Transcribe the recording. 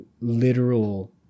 literal